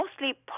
mostly